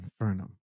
Infernum